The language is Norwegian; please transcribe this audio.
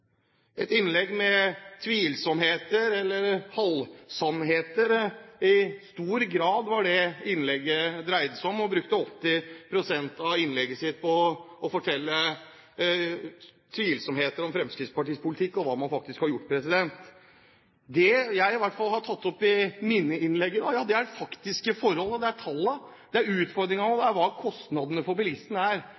et innlegg med tvilsomheter eller halvsannheter. I stor grad var det det innlegget dreide seg om, og hun brukte 80 pst. av innlegget sitt på å fortelle tvilsomheter om Fremskrittspartiets politikk og hva man faktisk har gjort. Det jeg i hvert fall har tatt opp i mine innlegg i dag, er de faktiske forhold, det er tallene, det er utfordringene, og det er